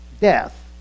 Death